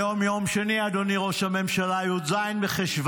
היום יום שני, אדוני ראש הממשלה, י"ז בחשוון,